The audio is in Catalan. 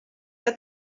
que